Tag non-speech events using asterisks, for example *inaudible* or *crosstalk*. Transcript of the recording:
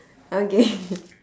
okay *laughs*